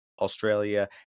Australia